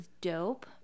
dope